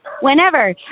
Whenever